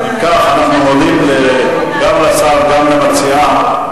אם כך, אנחנו מודים גם לשר וגם למציעה.